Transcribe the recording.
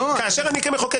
כאשר אני כמחוקק